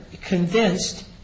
convinced